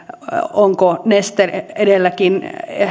onko neste edelleenkin